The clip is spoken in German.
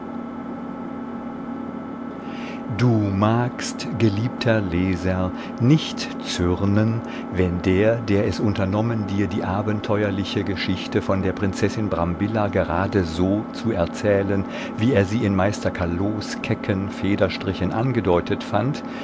du magst geliebter leser nicht zürnen wenn der der es unternommen dir die abenteuerliche geschichte von der prinzessin brambilla gerade so zu erzählen wie er sie in meister callots kecken federstrichen angedeutet fand